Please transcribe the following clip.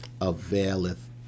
availeth